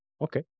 Okay